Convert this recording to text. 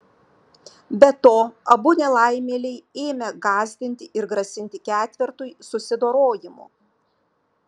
be to abu nelaimėliai ėmę gąsdinti ir grasinti ketvertui susidorojimu